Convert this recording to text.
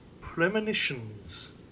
premonitions